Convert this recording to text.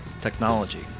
technology